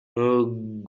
going